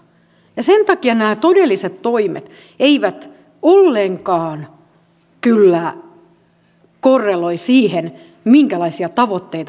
sen takia nämä todelliset toimet eivät ollenkaan kyllä korreloi siihen minkälaisia tavoitteita hallituksella on